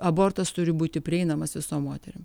abortas turi būti prieinamas visom moterim